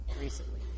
recently